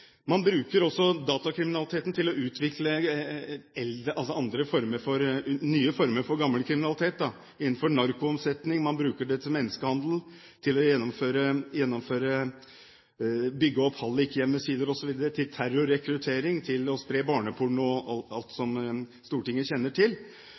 Man bruker også datakriminaliteten til å utvikle nye former for gammel kriminalitet innenfor narkotikaomsetning, menneskehandel, det å bygge opp hallikhjemmesider, terrorrekruttering, det å spre barneporno, og alt som Stortinget kjenner til.